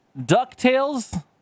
DuckTales